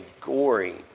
gory